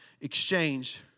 exchange